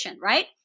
right